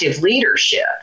leadership